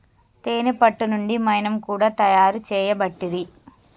తేనే పట్టు నుండి మైనం కూడా తయారు చేయబట్టిరి